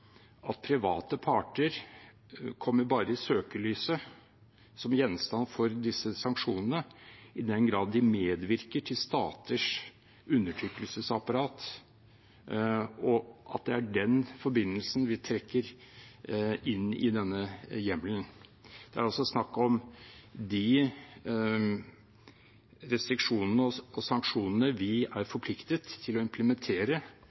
at private parter bare kommer i søkelyset som gjenstand for disse sanksjonene i den grad de medvirker til staters undertrykkelsesapparat, og at det er den forbindelsen vi trekker inn i denne hjemmelen. Det er altså snakk om de restriksjonene og sanksjonene vi er forpliktet til å implementere